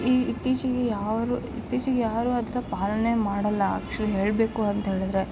E ಇತ್ತೀಚಿಗೆ ಯಾರು ಇತ್ತೀಚಿಗೆ ಯಾರು ಅದನ್ನ ಪಾಲನೆ ಮಾಡಲ್ಲ ಆ್ಯಕ್ಚುವಲಿ ಹೇಳಬೇಕು ಅಂತ ಹೇಳಿದರೆ